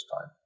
time